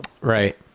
Right